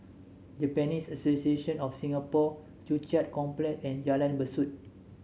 Japanese Association of Singapore Joo Chiat Complex and Jalan Besut